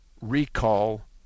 recall